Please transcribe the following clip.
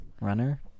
runner